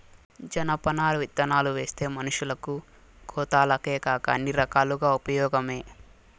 జనపనార విత్తనాలువేస్తే మనషులకు, గోతాలకేకాక అన్ని రకాలుగా ఉపయోగమే